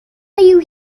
you